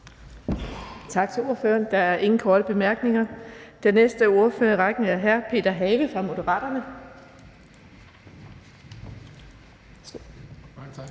Tak til ordføreren. Der er ingen korte bemærkninger. Den næste ordfører i rækken er hr. Peter Have fra Moderaterne.